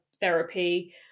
therapy